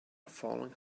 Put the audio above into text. falling